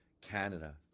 Canada